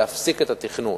להפסיק את התכנון.